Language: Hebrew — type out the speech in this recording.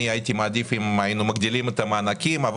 הייתי מעדיף שהיינו מגדילים את המענקים,